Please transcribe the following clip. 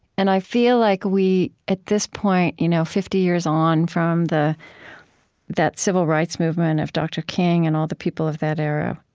and i feel like we, at this point, you know fifty years on from the that civil rights movement of dr. king and all the people of that era,